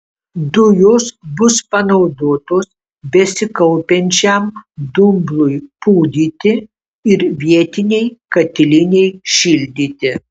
dujos bus panaudotos besikaupiančiam dumblui pūdyti ir vietinei katilinei šildyti